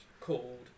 called